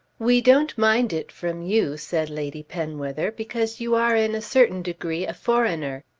we don't mind it from you, said lady penwether, because you are in a certain degree a foreigner.